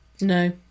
No